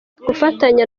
gufatanya